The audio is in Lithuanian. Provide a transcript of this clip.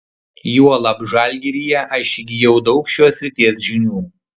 juolab žalgiryje aš įgijau daug šios srities žinių